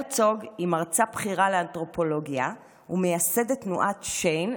הרצוג היא מרצה בכירה לאנתרופולוגיה ומייסדת תנועת ש.י.ן,